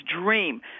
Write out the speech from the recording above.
dream